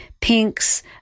pinks